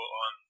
on